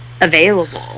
available